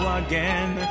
again